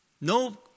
no